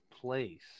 place